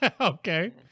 Okay